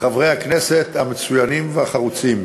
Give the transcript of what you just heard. חברי הכנסת המצוינים והחרוצים,